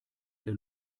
der